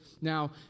Now